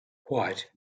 white